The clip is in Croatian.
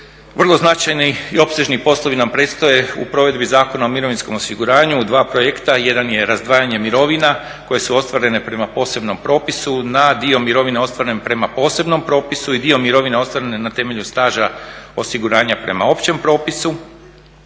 Vrlo značajni i opsežni poslovi nam predstoje u provedbi Zakona o mirovinskom osiguranju u dva projekta. Jedan je razdvajanje mirovina koje su ostvarene prema posebnom propisu na dio mirovine ostvaren prema posebnom propisu i dio mirovine ostvarene na temelju staža osiguranja prema općem propisu